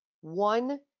one